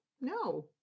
No